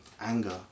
anger